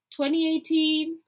2018